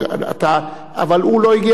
אבל הוא לא הגיע בזמן,